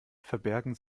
verbergen